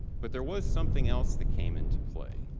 but there was something else that came into play.